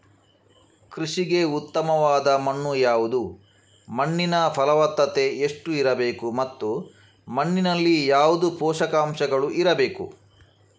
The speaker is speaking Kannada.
ಕೃಷಿಗೆ ಉತ್ತಮವಾದ ಮಣ್ಣು ಯಾವುದು, ಮಣ್ಣಿನ ಫಲವತ್ತತೆ ಎಷ್ಟು ಇರಬೇಕು ಮತ್ತು ಮಣ್ಣಿನಲ್ಲಿ ಯಾವುದು ಪೋಷಕಾಂಶಗಳು ಇರಬೇಕು?